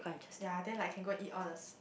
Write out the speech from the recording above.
ya then like can go and eat all this